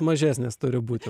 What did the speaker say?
mažesnės turi būti